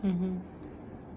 mmhmm